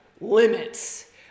limits